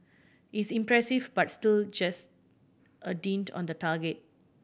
it's impressive but still just a dint on the target